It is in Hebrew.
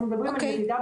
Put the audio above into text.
אוקיי, תודה הדס.